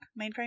Mainframe